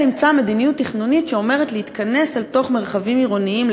ישראל אימצה מדיניות תכנונית שאומרת להתכנס אל תוך מרחבים עירוניים,